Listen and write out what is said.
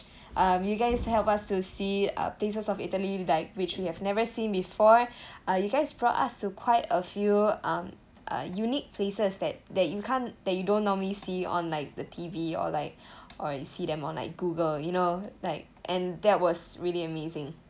um you guys help us to see uh places of italy like which we have never seen before uh you guys brought us to quite a few um uh unique places that you can't that you don't normally see on like the T_V or like or you see them on like google you know like and that was really amazing